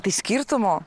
tai skirtumo